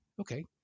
okay